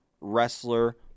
Wrestler